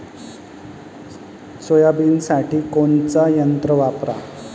सोयाबीनसाठी कोनचं यंत्र वापरा?